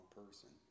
person